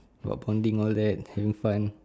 got bonding all that having fun